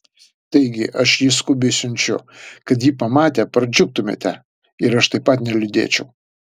taigi aš jį skubiai siunčiu kad jį pamatę pradžiugtumėte ir aš taip pat neliūdėčiau